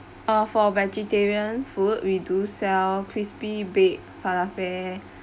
ah for vegetarian food we do sell crispy baked falafel